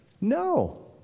No